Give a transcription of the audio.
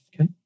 okay